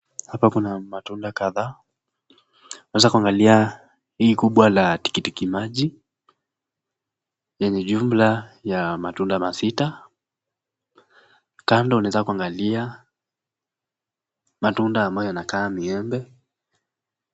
Hapa kuna matunda kadhaa. Unaweza kuangalia hili kubwa la tikiti maji na ni jumla ya matunda sita . Kando unaweza kuangalia matundo ambayo yanakaa maembe.